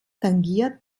tangiert